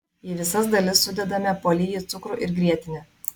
į visas dalis sudedame po lygiai cukrų ir grietinę